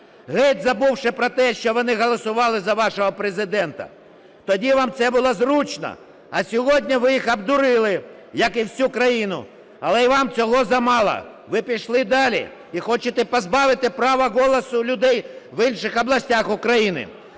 геть забувши про те, що вони голосували за вашого Президента. Тоді вам це було зручно, а сьогодні ви їх обдурили, як і всю країну. Але і вам цього замало, ви пішли далі і хочете позбавити права голосу людей в інших областях України.